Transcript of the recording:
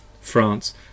France